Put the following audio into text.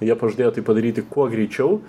jie pažadėjo tai padaryti kuo greičiau